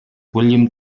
william